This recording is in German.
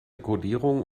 kodierung